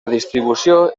distribució